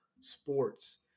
sports